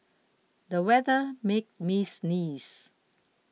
the weather made me sneeze